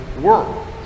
world